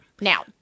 Now